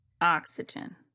Oxygen